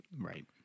Right